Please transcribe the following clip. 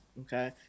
Okay